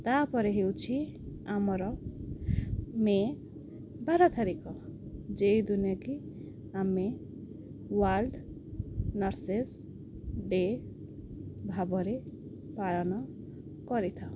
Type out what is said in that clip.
ତା'ପରେ ହେଉଛି ଆମର ମେ ବାର ତାରିଖ ଯେଉଁ ଦିନକ ଆମେ ୱାର୍ଲଡ଼ ନର୍ସେସ୍ ଡେ ଭାବରେ ପାଳନ କରିଥାଉ